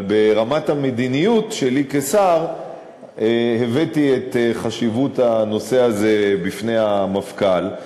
אבל ברמת המדיניות שלי כשר הבאתי את חשיבות הנושא הזה בפני המפכ"ל.